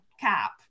cap